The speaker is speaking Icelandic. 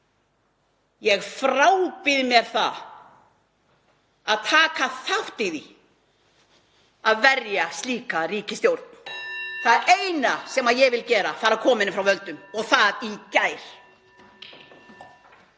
Ég frábið mér að taka þátt í því að verja slíka ríkisstjórn. Það eina sem ég vil gera er að koma henni frá völdum og það í gær.